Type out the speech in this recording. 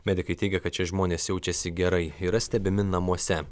medikai teigia kad šie žmonės jaučiasi gerai yra stebimi namuose